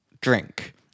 drink